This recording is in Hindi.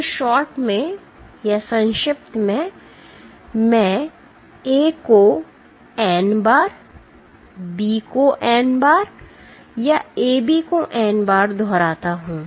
तो शॉर्ट् में मैं A को n बार B को n बार या AB को n बार दोहराता हूं